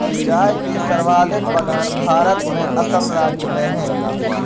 चाय के सर्वाधिक बगान भारत में असम राज्य में है